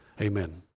Amen